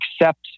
accept